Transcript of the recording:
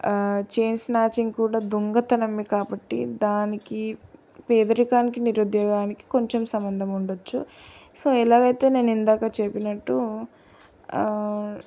chain snatching కూడా దొంగతనమే కాబట్టి దానికి పేదరికానికి నిరుద్యోగానికి కొంచెం సంబంధం ఉండొచ్చు సో ఎలాగైతే నేను ఇందాక చెప్పినట్టు